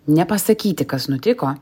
nepasakyti kas nutiko